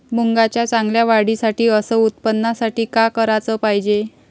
मुंगाच्या चांगल्या वाढीसाठी अस उत्पन्नासाठी का कराच पायजे?